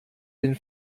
den